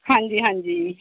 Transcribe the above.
ਹਾਂਜੀ ਹਾਂਜੀ